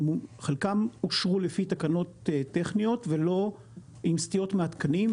הן חלקן אושרו לפי תקנות טכניות ולא עם סטיות מהתקנים,